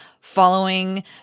following